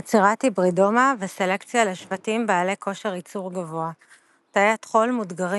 יצירת היברידומה וסלקציה לשבטים בעלי כושר יצור גבוה תאי הטחול מודגרים